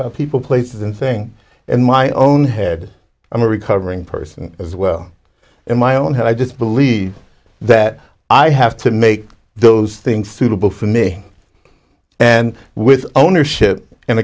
about people places and thing in my own head i'm a recovering person as well in my own head i just believe that i have to make those things suitable for me and with ownership and